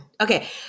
okay